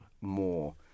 more